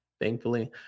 Thankfully